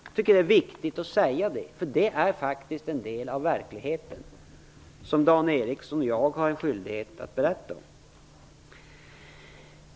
Jag tycker att det är viktigt att säga detta, för det är faktiskt en del av verkligheten, som Dan Ericsson och jag har en skyldighet att berätta om.